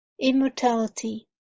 immortality